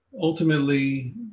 ultimately